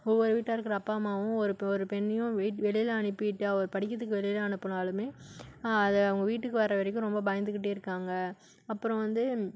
ஒவ்வொரு வீட்டில் இருக்கிற அப்பா அம்மாவும் ஒரு ஒரு பெண்ணையும் வெளியில் அனுப்பிட்டு அவள் படிக்கிறத்துக்கு வெளியில் அனுப்பினாலுமே அதை அவங்க வீட்டுக்கு வர வரைக்கும் ரொம்ப பயந்துக்கிட்டே இருக்காங்க அப்பறம் வந்து